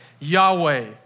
Yahweh